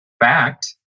fact